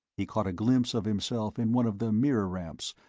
he caught a glimpse of himself in one of the mirror-ramps,